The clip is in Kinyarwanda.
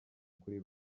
kuri